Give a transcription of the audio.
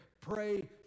pray